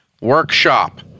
workshop